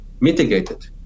mitigated